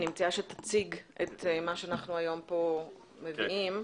אני מציעה שתציג את מה שאנחנו מביאים פה היום.